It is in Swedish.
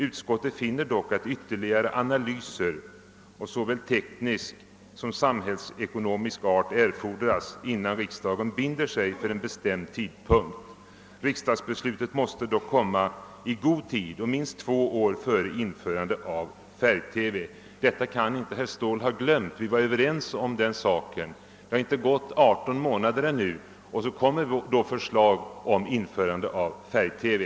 Utskottet finner dock, att ytterligare analyser av såväl teknisk som samhällsekonomisk art erfordras, innan riksdagen binder sig för en bestämd tidpunkt. Riksdagsbeslutet måste dock komma i god tid och minst två år före införande av färg-TV.» Herr Ståhl kan inte ha glömt detta uttalande, som vi var överens om. Det har ännu inte gått 18 månader, och så kommer nu förslag om införande av färg-TV.